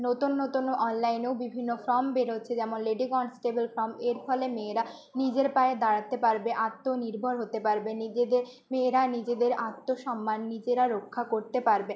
নতুন নতুন অনলাইনেও বিভিন্ন ফর্ম বেরোচ্ছে যেমন লেডি কন্সটেবেল ফর্ম এর ফলে মেয়েরা নিজের পায়ে দাঁড়াতে পারবে আত্মনির্ভর হতে পারবে নিজেদের মেয়েরা নিজেদের আত্মসম্মান নিজেরা রক্ষা করতে পারবে